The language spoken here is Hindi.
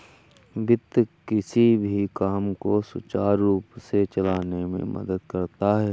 वित्त किसी भी काम को सुचारू रूप से चलाने में मदद करता है